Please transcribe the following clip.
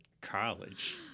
college